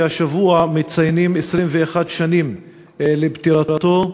שהשבוע מציינים 21 שנים לפטירתו.